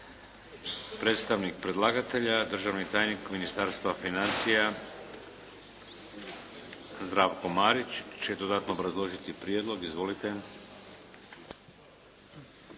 Predstavnik predlagatelja državni tajnik Ministarstva financija Zdravko Marić će dodatno obrazložiti prijedlog. Izvolite.